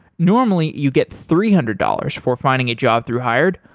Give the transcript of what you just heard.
normally, you get three hundred dollars for finding a job through hired,